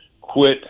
quit